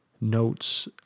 notes